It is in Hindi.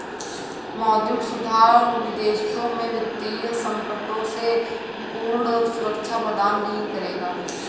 मौद्रिक सुधार विदेशों में वित्तीय संकटों से पूर्ण सुरक्षा प्रदान नहीं करेगा